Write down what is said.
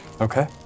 Okay